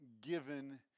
given